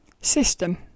system